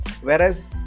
whereas